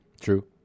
True